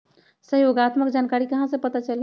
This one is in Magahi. सहयोगात्मक जानकारी कहा से पता चली?